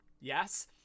yes